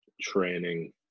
training